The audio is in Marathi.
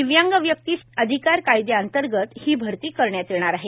दिव्यांग व्यक्ती अधिकार कायद्याअंतर्गत ही भरती करण्यात येणार आहे